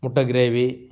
முட்டை க்ரேவி